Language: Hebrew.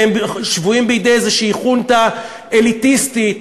והם שבויים בידי איזו חונטה אליטיסטית